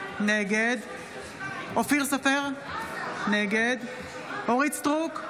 נגד אופיר סופר, נגד אורית מלכה סטרוק,